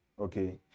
Okay